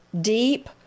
deep